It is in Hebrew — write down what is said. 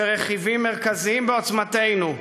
שרכיבים מרכזיים בעוצמתנו,